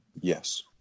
Yes